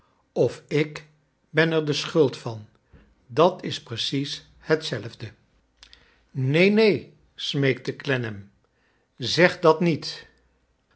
of ik ben er de schuld van dat is precies hetzelfde neen neon smeekte clennam jzeg dat niet